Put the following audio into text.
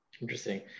Interesting